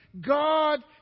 God